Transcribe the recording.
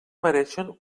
mereixen